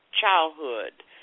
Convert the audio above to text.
childhood